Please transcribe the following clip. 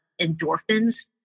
endorphins